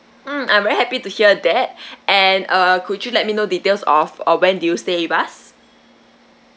mm I'm very happy to hear that and uh could you let me know details of uh when do you stay with us